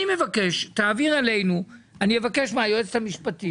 אני מבקש מהיועצת המשפטית,